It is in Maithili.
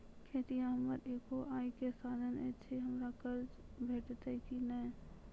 खेतीये हमर एगो आय के साधन ऐछि, हमरा कर्ज भेटतै कि नै?